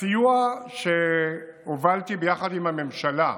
הסיוע שהובלתי ביחד עם הממשלה,